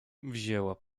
wzięła